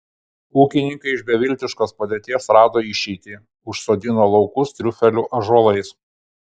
ūkininkai iš beviltiškos padėties rado išeitį užsodino laukus triufelių ąžuolais